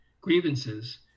grievances